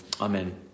Amen